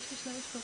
יש לי שני משפטים.